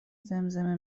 زمزمه